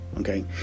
okay